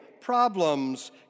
problems